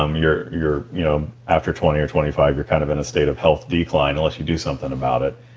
um you're you're you know after twenty or twenty five you're kind of in a state of health decline unless you do something about it.